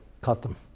Custom